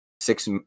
six